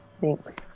Thanks